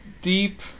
Deep